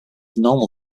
normal